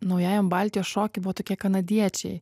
naujajam baltijos šoky buvo tokie kanadiečiai